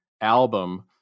album